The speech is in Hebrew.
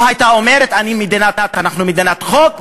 או הייתה אומרת: אנחנו מדינת חוק,